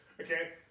Okay